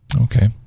Okay